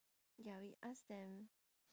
ya we ask them